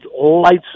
lights